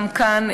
וגם כאן,